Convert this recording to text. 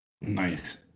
Nice